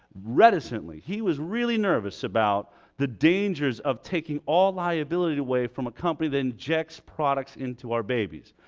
reticently. he was really nervous about the dangers of taking all liability away from a company that injects products into our babies,